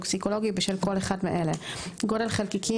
הטוקסיקולוגי) בשל כל אחד מאלה: 9.1. גודל חלקיקים,